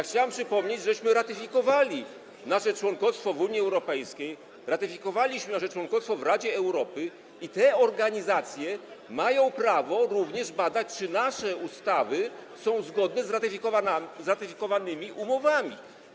Chciałem przypomnieć, że ratyfikowaliśmy nasze członkostwo w Unii Europejskiej, ratyfikowaliśmy nasze członkostwo w Radzie Europy i te organizacje mają prawo również badać, czy nasze ustawy są zgodne z ratyfikowanymi umowami.